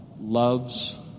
loves